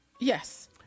Yes